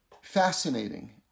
fascinating